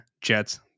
Jets